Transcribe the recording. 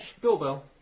Doorbell